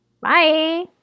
Bye